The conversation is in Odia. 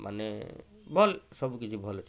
ମାନେ ଭଲ୍ ସବୁ କିଛି ଭଲ୍ ଅଛେ